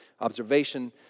Observation